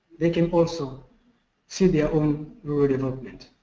they can also see their own rural development.